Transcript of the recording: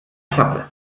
klappe